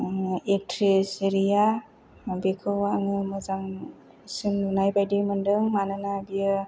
actress Riya बेखौ आङो मोजांसिन नुनाय बादि मोनदों मानोना बियो